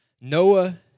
Noah